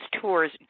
tours